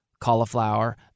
cauliflower